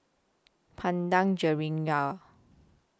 Padang Jeringau